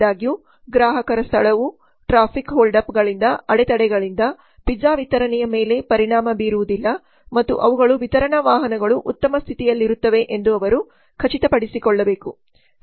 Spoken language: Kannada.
ಆದಾಗ್ಯೂಗ್ರಾಹಕರ ಸ್ಥಳವು ಟ್ರಾಫಿಕ್ ಹೋಲ್ಡ್ಅಪ್ಗಳಿಂದ ಅಡೆ ತಡೆಗಳಿಂದ ಪಿಜ್ಜಾ ವಿತರಣೆಯ ಮೇಲೆ ಪರಿಣಾಮ ಬೀರುವುದಿಲ್ಲ ಮತ್ತು ಅವುಗಳ ವಿತರಣಾ ವಾಹನಗಳು ಉತ್ತಮ ಸ್ಥಿತಿಯಲ್ಲಿರುತ್ತವೆ ಎಂದು ಅವರು ಖಚಿತಪಡಿಸಿಕೊಳ್ಳಬೇಕು